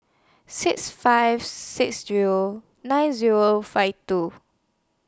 six five six Zero nine Zero five two